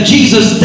Jesus